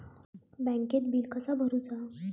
बँकेत बिल कसा भरुचा?